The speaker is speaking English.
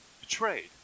betrayed